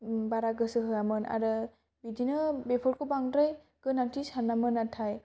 बारा गोसो होआमोन आरो बिदिनो बेफोरखौ बांद्राय गोनांथि सानामोन नाथाय